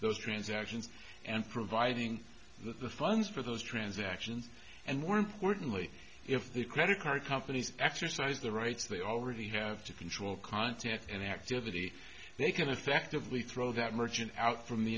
those transactions and providing the funds for those transactions and more importantly if the credit card companies exercise the rights they already have to control contact and activity they can effectively throw that emergent out from the